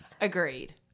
Agreed